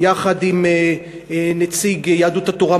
יחד עם נציג יהדות התורה,